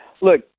look